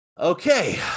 Okay